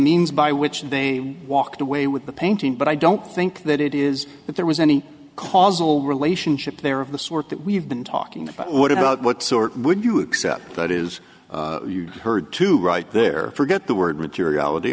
means by which they walked away with the painting but i don't think that it is that there was any causal relationship there of the sort that we've been talking about what about what sort would you accept that is you heard to right there forget the word materiality